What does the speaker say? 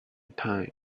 time